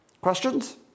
Questions